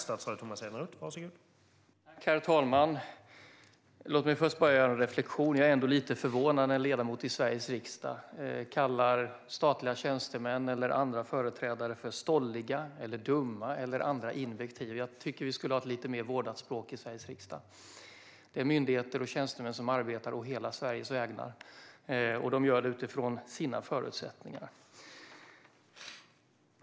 Herr talman! Låt mig först göra en reflektion. Jag är förvånad över att en ledamot i Sveriges riksdag kallar statliga tjänstemän eller andra företrädare för stolliga och dumma eller vid andra invektiv. Vi borde ha ett lite mer vårdat språk i riksdagen. Det handlar om myndigheter och tjänstemän som arbetar å hela Sveriges vägnar, och de gör det utifrån sina förutsättningar.